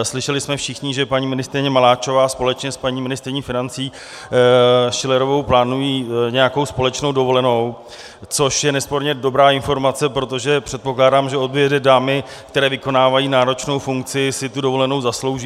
Slyšeli jsme všichni, že paní ministryně Maláčová společně s paní ministryní financí Schillerovou plánují nějakou společnou dovolenou, což je nesporně dobrá informace, protože předpokládám, že obě dvě dámy, které vykonávají náročnou funkci, si tu dovolenou zaslouží.